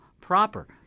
proper